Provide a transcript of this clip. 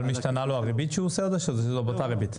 --- משתנה לו הריבית כשהוא עושה את זה או שזה באותה ריבית?